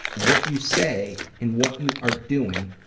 what you say, and what you are doing.